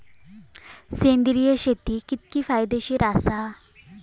सेंद्रिय शेती कितकी फायदेशीर आसा?